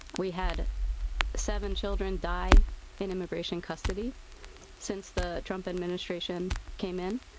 we had seven children die in immigration custody since the trump administration came in.